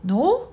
no